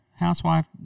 housewife